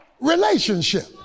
relationship